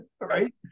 Right